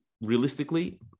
realistically